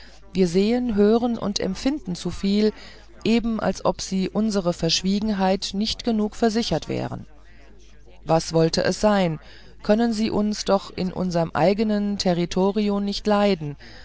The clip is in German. wir sehen hören und empfinden zuviel eben als ob sie unsrer verschwiegenheit nicht genugsam versichert wären was wollte es sein können sie uns doch in unserm eigenen territorio nicht leiden